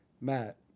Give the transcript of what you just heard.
Matt